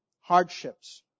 hardships